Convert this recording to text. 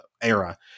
era